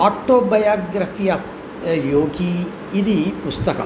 autobiography of Yogi इति पुस्तकम्